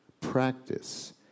practice